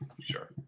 Sure